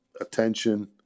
attention